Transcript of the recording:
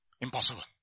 Impossible